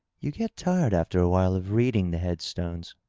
you get tired, after a while, of reading the head-stones,